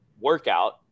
workout